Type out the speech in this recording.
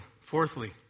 fourthly